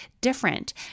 different